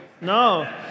No